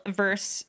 verse